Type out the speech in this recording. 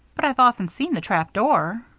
but i've often seen the trap door.